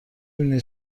بینی